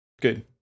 good